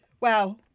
Wow